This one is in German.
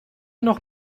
noch